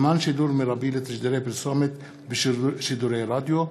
(זמן שידור מרבי לתשדירי פרסומת בשידורי רדיו),